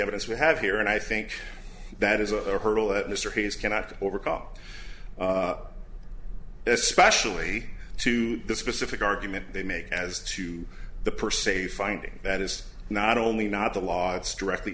evidence we have here and i think that is a hurdle that mr hayes cannot overcome up especially to the specific argument they make as to the per se finding that is not only not the law directly